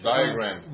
Diagram